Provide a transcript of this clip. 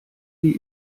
die